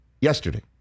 yesterday